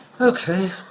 Okay